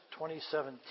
2017